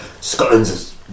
Scotland's